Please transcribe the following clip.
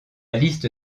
liste